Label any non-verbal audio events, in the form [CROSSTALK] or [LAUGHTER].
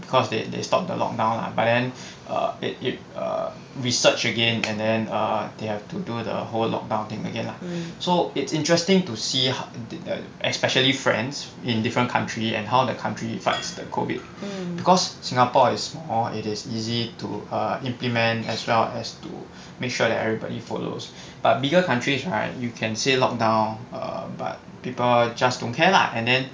because they they stopped lockdown lah but then [BREATH] err it it err research again and then err they have to do the whole lockdown again lah [BREATH] so it's interesting to see [NOISE] especially france in different country and how the country fights the COVID because singapore is small it is easy to err implement as well as to make sure that everybody follows but bigger countries right you can say lockdown err but people just don't care lah and then